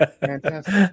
fantastic